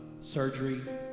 surgery